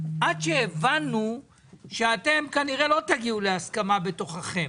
עד שהבנו שאתם כנראה לא תגיעו להסכמה בתוככם.